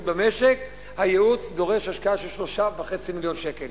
במשק דורש השקעה של 3.5 מיליון שקל.